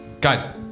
Guys